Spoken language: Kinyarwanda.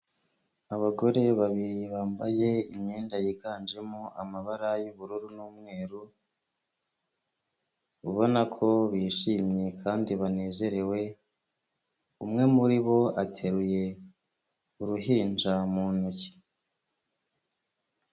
Abagore babiri bambaye imyenda yiganjemo amabara y'ubururu n'umweru, ubona ko bishimye kandi banezerewe, umwe muri bo ateruye uruhinja mu ntoki.